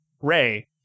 Ray